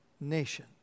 nation